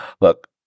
Look